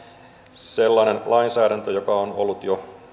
sellainen lainsäädäntö joka on ollut